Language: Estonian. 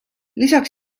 lisaks